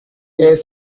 est